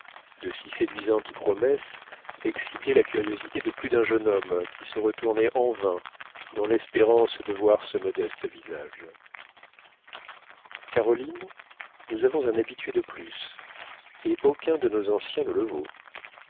de si séduisantes promesses excitaient la curiosité de plus d'un jeune homme qui se retournait en vain dans l'espérance de voir ce modeste visage caroline nous avons un habitué de plus et aucun de nos anciens ne le vaut